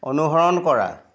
অনুসৰণ কৰা